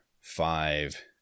five